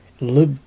look